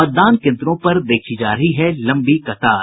मतदान केन्द्रों पर देखी जा रही है लंबी कतार